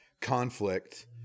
conflict